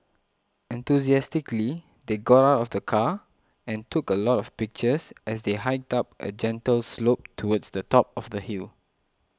enthusiastically they got out of the car and took a lot of pictures as they hiked up a gentle slope towards the top of the hill